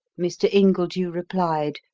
mr. ingledew replied,